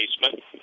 basement